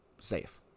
safe